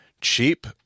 cheap